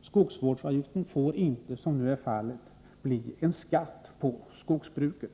Skogsvårdsavgiften får inte, som nu är fallet, utvecklas till att bli en skatt på skogsbruket.